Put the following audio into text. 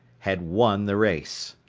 had won the race.